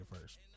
first